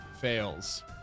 Fails